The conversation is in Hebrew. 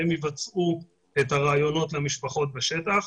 הם יבצעו את הראיונות למשפחות בשטח.